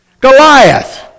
Goliath